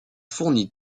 fourni